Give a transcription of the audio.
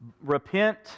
Repent